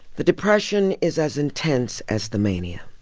the depression is as intense as the mania.